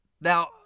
Now